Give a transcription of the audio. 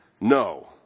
No